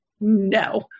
no